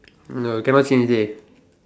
no cannot change already